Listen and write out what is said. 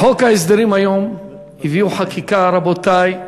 בחוק ההסדרים היום הביאו חקיקה, רבותי,